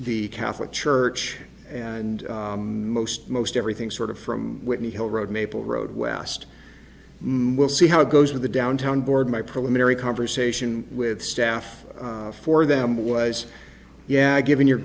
the catholic church and most most everything sort of from whitney hill road maple road west we'll see how it goes with the downtown board my preliminary conversation with staff for them was yeah given your